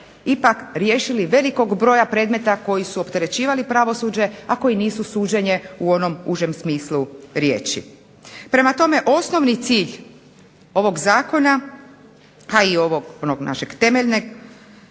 ipak riješili velikog broja predmeta koji su opterećivali pravosuđe, a koji nisu suđenje u onom užem smislu riječi. Prema tome, osnovni cilj ovog Zakona, a i ovog onog našeg temeljnog